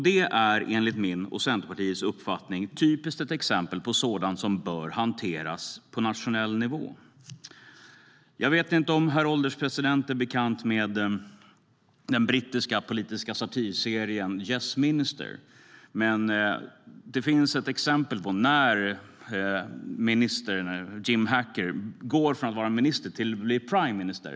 Det är enligt min och Centerpartiets uppfattning ett typiskt exempel på sådant som bör hanteras på nationell nivå. Jag vet inte om herr ålderspresident är bekant med den brittiska politiska satirserien Yes Minister . Där finns det ett exempel på när ministern Jim Hacker går från att vara minister till att bli premiärminister.